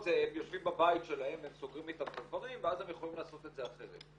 שיושבים בבית וסוגרים איתם את הדברים ואז הם יכולים לעשות את זה אחרת.